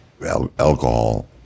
alcohol